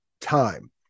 time